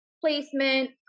Placement